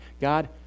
God